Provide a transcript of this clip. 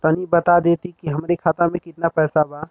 तनि बता देती की हमरे खाता में कितना पैसा बा?